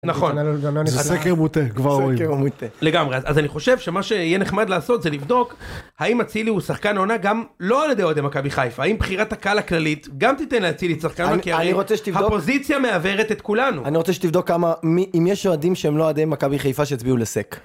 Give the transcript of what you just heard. נכון. זה סקר מוטה, כבר רואים. לגמרי, אז אני חושב שמה שיהיה נחמד לעשות זה לבדוק האם אצילי הוא שחקן עונה גם לא על ידי אוהדי מכבי חיפה. האם בחירת הקהל הכללית גם תיתן לאצילי את שחקן עונה, כי הפוזיציה מעוורת את כולנו. אני רוצה שתבדוק כמה, אם יש אוהדים שהם לא אוהדי מכבי חיפה שהצביעו לסק.